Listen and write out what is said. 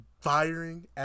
firing